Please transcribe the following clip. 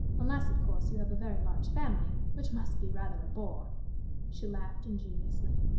unless, of course, you have a very large family, which must be rather a bore she laughed ingenuously.